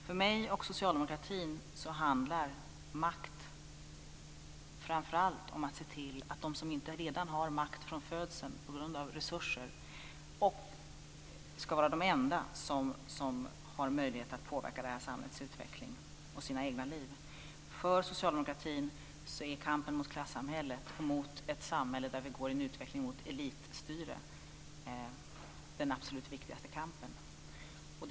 För mig och socialdemokratin handlar makt framför allt om att se till att inte de som redan har makt från födseln på grund av resurser ska vara de enda som har möjlighet att påverka det här samhällets utveckling och sina egna liv. För socialdemokratin är kampen mot klassamhället och mot ett samhälle där vi går i en utveckling mot elitstyre den absolut viktigaste kampen.